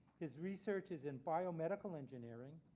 his research is in biomedical engineering.